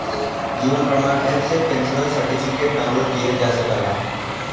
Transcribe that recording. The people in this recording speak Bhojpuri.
जीवन प्रमाण एप से पेंशनर सर्टिफिकेट डाउनलोड किहल जा सकला